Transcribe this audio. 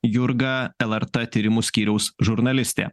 jurga lrt tyrimų skyriaus žurnalistė